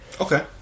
Okay